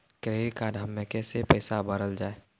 Credit card हम्मे कैसे पैसा भरल जाए?